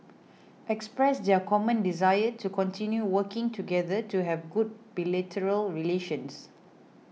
expressed their common desire to continue working together to have good bilateral relations